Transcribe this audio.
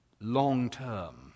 long-term